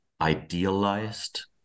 idealized